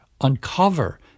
uncover